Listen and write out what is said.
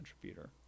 contributor